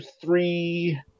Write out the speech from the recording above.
three